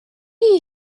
you